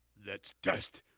let's test.